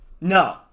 No